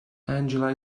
angela